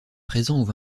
présents